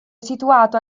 situato